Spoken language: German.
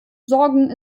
sorgen